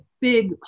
big